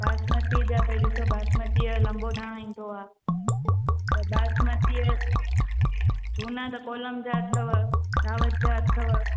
बासमती जा भई ॾिसो बासमती यो लंबो दाणो ईंदो आहे त बासमतीअ झूना त कोलम जा अथव दावत जा अथव